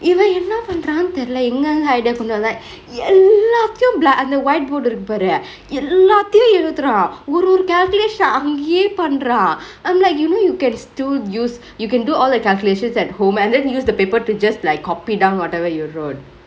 இவ என்ன பன்ரானு தெரில எங்கிருந்து:iva enna panraanu terile engkirunthu idea கொண்டு வந்தா எல்லாத்தையு:kondu vandthaa ellathaiyu bla~ அந்த:anthe whiteboard இருக்கு பாரு எல்லாத்தையு எழுதுரா ஒரு ஒரு:irukku paaru ellathaiyum ezhuthuraa oru oru calculation அங்கேயே பன்ரா:angkeye panraa I'm like you know you can still use you can do all the calculations at home and then use the paper to just like copy down whatever you wrote